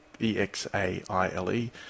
E-X-A-I-L-E